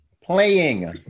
playing